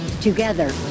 Together